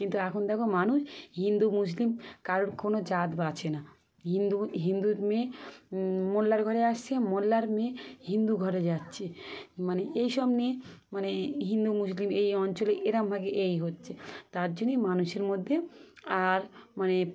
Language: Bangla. কিন্তু এখন দেখো মানুষ হিন্দু মুসলিম কারোর কোনো জাত বাঁচে না হিন্দু হিন্দুর মেয়ে মোল্লার ঘরে আসছে মোল্লার মেয়ে হিন্দু ঘরে যাচ্ছে মানে এইসব নিয়ে মানে হিন্দু মুসলিম এই অঞ্চলে এরমভাবেই এই হচ্ছে তার জন্যই মানুষের মধ্যে আর মানে